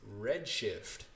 Redshift